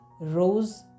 rose